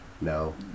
No